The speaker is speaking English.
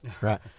right